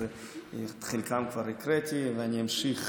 את שמות חלקם כבר הקראתי ואני אמשיך